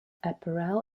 apparel